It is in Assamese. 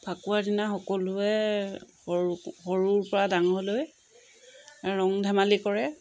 ফাকুৱাৰ দিনা সকলোৱে সৰু সৰুৰপৰা ডাঙৰলৈ ৰং ধেমালি কৰে